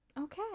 Okay